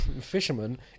fisherman